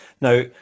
Now